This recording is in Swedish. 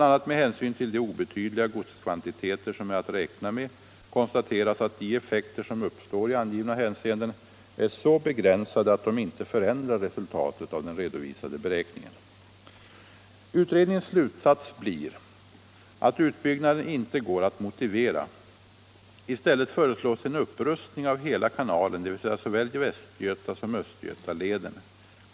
a. med hänsyn till de obetydliga godskvantiteter som är att räkna med konstateras, att de effekter som uppstår i angivna hänseenden är så begränsade att de inte förändrar resultatet av den redovisade beräkningen. "Utredningens slutsats blir att utbyggnaden inte går att motivera. I stället föreslås en upprustning av hela kanalen, dvs. såväl Västgötasom Östgötaleden.